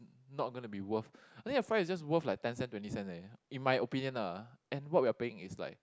not gonna be worth I think the fries is just worth like ten cents twenty cents only in my opinion lah and what we are paying is like